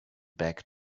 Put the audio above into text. back